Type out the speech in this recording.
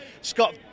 Scott